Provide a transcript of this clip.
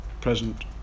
present